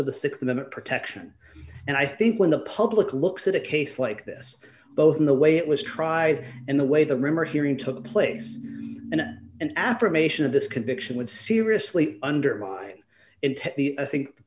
minute protection and i think when the public looks at a case like this both in the way it was tried and the way the rumor hearing took place and an affirmation of this conviction would seriously undermine the i think the